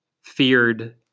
feared